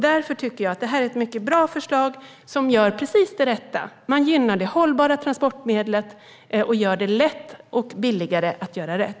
Därför tycker jag att det här är ett mycket bra förslag där man gör precis rätt: Man gynnar det hållbara transportmedlet och gör det lätt och billigare att göra rätt.